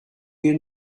you